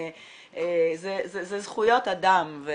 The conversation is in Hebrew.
זה זכויות אדם.